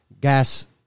gas